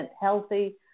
healthy